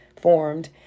formed